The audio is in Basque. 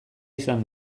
izan